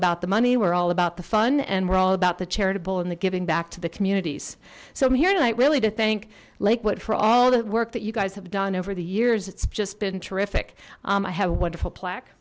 about the money we're all about the fun and we're all about the charitable and the giving back to the communities so i'm here tonight really to thank lakewood for all the work that you guys have done over the years it's just been terrific i have a wonderful plaque